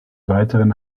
weiteren